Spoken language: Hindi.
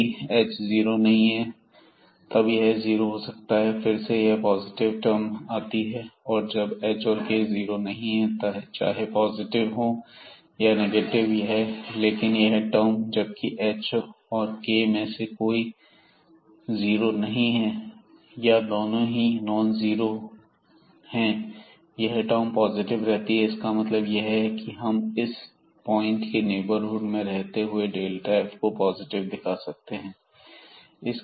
यदि h 0 नहीं है तब यह जीरो हो सकता है और फिर से यह एक पॉजिटिव टर्म आती है तो जब h और k जीरो नहीं है चाहे पॉजिटिव हो या नेगेटिव लेकिन यह टर्म जबकि एच और के में से कोई जीरो नहीं है या दोनों ही नॉन्जीरो हैं यह टर्म पॉजिटिव रहती है इसका मतलब यह है की हम इस पॉइंट के नेबरहुड में रहते हुए f को पॉजिटिव दिखा सकते हैं